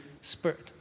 Spirit